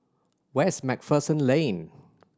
where is Macpherson Lane